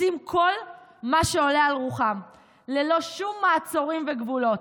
עושים כל מה שעולה על רוחם ללא שום מעצורים וגבולות: